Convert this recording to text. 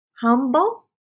humble